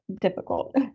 difficult